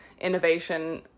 innovation